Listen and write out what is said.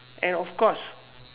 and of course